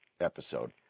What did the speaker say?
episode